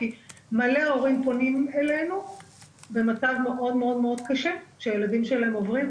כי המון הורים פונים אלינו במצב מאוד קשה שהילדים שלהם עוברים,